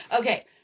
Okay